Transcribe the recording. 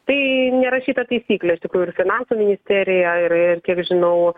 tai nerašyta taisyklė iš tikrųjų ir finansų ministerija ir ir kiek žinau